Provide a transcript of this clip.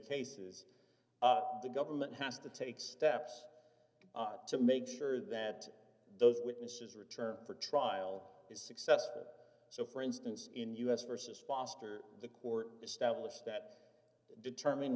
cases the government has to take steps to make sure that those witnesses return for trial is successful so for instance in u s versus foster the court established that determine